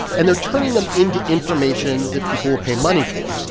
and they're turning them into information that people pay money for.